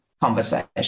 conversation